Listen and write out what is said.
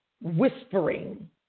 whispering